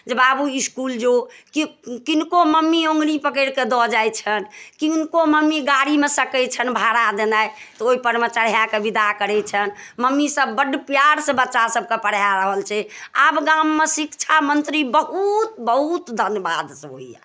जे बाबू इसकुल जो किन किनको मम्मी ओङ्गरी पकड़िकऽ दऽ जाइ छनि किनको मम्मी गाड़ीमे सकै छनि भाड़ा देनाइ तऽ ओइपर मे चढ़ाके विदा करै छनि मम्मी सब बड़ प्यारसँ बच्चा सबके पढ़ा रहल छै आब गाममे शिक्षा मन्त्री बहुत बहुत धन्यबादसँ होइए